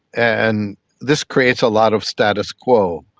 and this creates a lot of status quo.